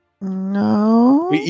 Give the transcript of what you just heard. No